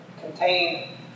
contain